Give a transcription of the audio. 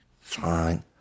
Fine